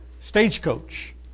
stagecoach